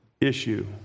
issue